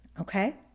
Okay